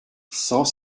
sans